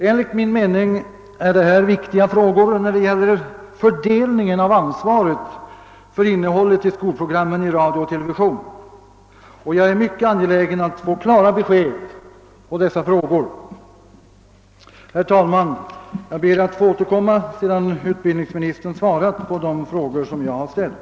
Enligt min mening är detta viktiga frågor beträffande fördelningen av ansvaret för innehållet i skolprogrammen i radio och TV, och jag är därför mycket angelägen att få klara besked. Herr talman! Jag ber att få återkomma sedan utbildningsministern svarat på de frågor som jag har ställt.